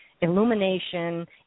illumination